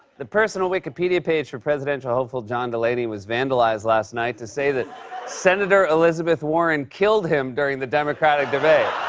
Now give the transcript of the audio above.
the personal wikipedia page for presidential hopeful john delaney was vandalized last night to say that senator elizabeth warren killed him during the democratic debate.